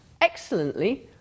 excellently